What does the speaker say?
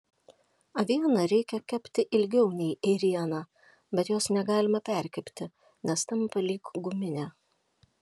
avieną reikia kepti ilgiau nei ėrieną bet jos negalima perkepti nes tampa lyg guminė